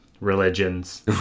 religions